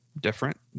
different